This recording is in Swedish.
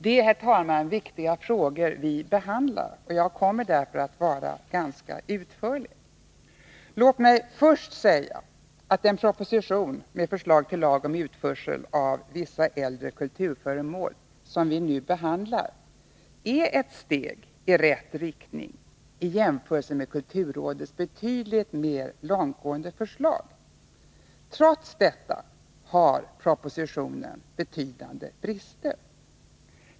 Det är, herr talman, viktiga frågor som vi nu behandlar, och jag kommer därför att vara ganska utförlig. Låt mig först säga att den proposition med förslag till lag om utförsel av vissa äldre kulturföremål som vi nu behandlar är ett steg i rätt riktning, i jämförelse med kulturrådets betydligt mer långtgående förslag. Trots detta har propositionen betydande brister.